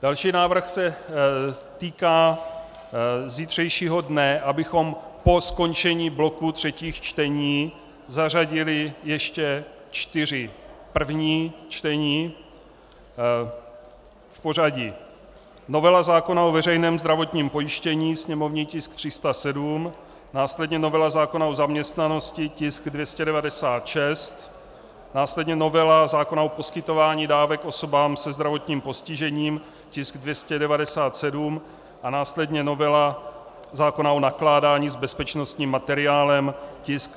Další návrh se týká zítřejšího dne, abychom po skončení bloku třetích čtení zařadili ještě čtyři první čtení v pořadí novela zákona o veřejném zdravotním pojištění, sněmovní tisk 307, následně novela zákona o zaměstnanosti, tisk 296, následně novela zákona o poskytování dávek osobám se zdravotním postižením, tisk 297, a následně novela zákona o nakládání s bezpečnostním materiálem, tisk 237.